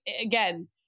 Again